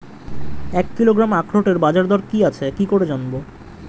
এক কিলোগ্রাম আখরোটের বাজারদর কি আছে কি করে জানবো?